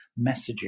messaging